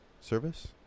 service